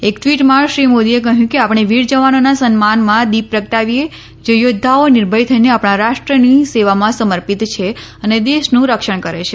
એક ટ઼વીટમાં શ્રી મોદીએ કહ્યું કે આપણે વીર જવાનોના સન્માનમાં દીપ પ્રગટાવીએ જે યોદ્વાઓ નિર્ભય થઈને આપણા રાષ્ટ્રની સેવામાં સમર્પિત છે અને દેશનું રક્ષણ કરે છે